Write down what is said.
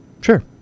sure